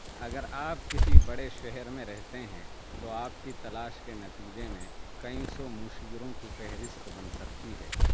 اگر آپ کسی بڑے شہر میں رہتے ہیں تو آپ کی تلاش کے نتیجے میں کئی سو مشیروں کی فہرست بن سکتی ہے